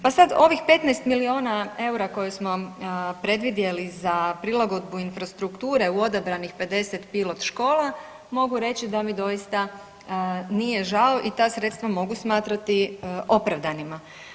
Pa sad ovih 15 milijuna eura koje smo predvidjeli za prilagodbu infrastrukture u odabranih 50 pilot škola, mogu reći da mi doista nije žao i ta sredstva mogu smatrati opravdanima.